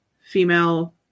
female